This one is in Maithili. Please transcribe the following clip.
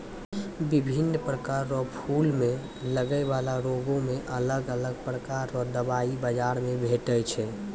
बिभिन्न प्रकार रो फूलो मे लगै बाला रोगो मे अलग अलग प्रकार रो दबाइ बाजार मे भेटै छै